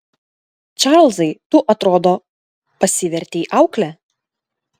čarlzai tu atrodo pasivertei aukle